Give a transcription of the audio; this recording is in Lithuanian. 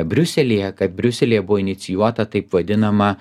briuselyje kad briuselyje buvo inicijuota taip vadinama